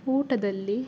ಊಟದಲ್ಲಿ